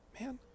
man